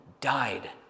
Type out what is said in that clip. died